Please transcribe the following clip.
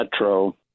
metro